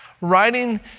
writing